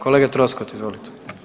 Kolega Troskot, izvolite.